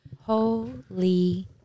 Holy